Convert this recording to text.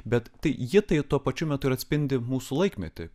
bet ji tai tuo pačiu metu ir atspindi mūsų laikmetį